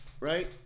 Right